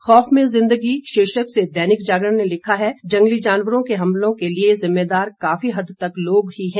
खौफ में जिंदगी शीर्षक से दैनिक जागरण ने लिखा है जंगली जानवरों के हमलों के लिए जिम्मेदार काफी हद तक लोग ही हैं